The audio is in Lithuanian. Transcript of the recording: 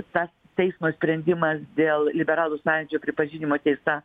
ta teismo sprendimas dėl liberalų sąjūdžio pripažinimo teista